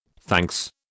Thanks